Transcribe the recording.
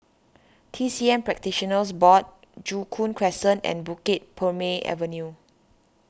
T C M Practitioners Board Joo Koon Crescent and Bukit Purmei Avenue